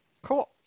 Cool